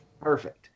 Perfect